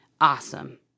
awesome